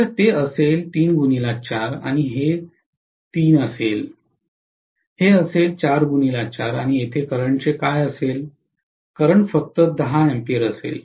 तर ते असेल आणि हे 3 असेल हे असेल आणि येथे करंट चे काय असेल करंट फक्त 10 A असेल